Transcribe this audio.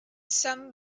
some